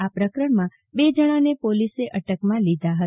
આ પ્રકરણમાં બે જણાને પોલીસ અટકમાં લીધા હતા